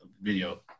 video